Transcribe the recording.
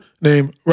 named